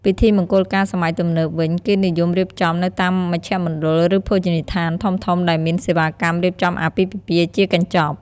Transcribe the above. ពិធីមង្គលការសម័យទំនើបវិញ គេនិយមរៀបចំនៅតាមមជ្ឈមណ្ឌល ឬភោជនីយដ្ឋានធំៗ ដែលមានសេវាកម្មរៀបចំអាពាហ៍ពិពាហ៍ជាកញ្ចប់។